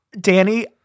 Danny